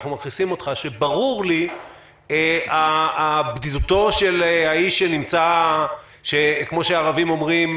ברורה לי בדידותו של האיש שנמצא או כמו שהערבים אומרים: